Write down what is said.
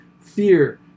fear